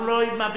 אנחנו לא מביעים,